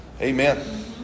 Amen